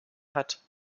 hat